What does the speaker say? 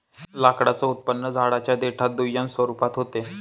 लाकडाचं उत्पादन झाडांच्या देठात दुय्यम स्वरूपात होत